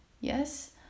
Yes